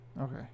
Okay